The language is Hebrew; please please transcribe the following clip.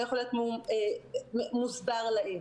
שלא יכול להיות מוסבר להם.